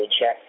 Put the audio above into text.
check